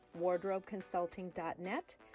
wardrobeconsulting.net